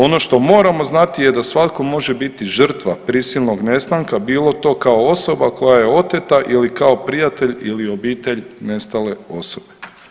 Ono što moramo znati je da svatko može biti žrtva prisilnog nestanka bilo to kao osoba koja je oteta ili kao prijatelj ili kao obitelj nestale osobe.